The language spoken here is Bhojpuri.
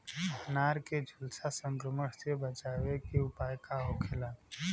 अनार के झुलसा संक्रमण से बचावे के उपाय का होखेला?